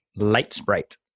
lightsprite